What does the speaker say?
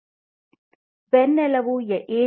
ಬೆನ್ನೆಲುಬು ಏನು